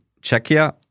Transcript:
Czechia